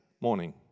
morning